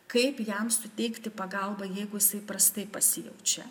kaip jam suteikti pagalbą jeigu jisai prastai pasijaučia